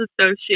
associate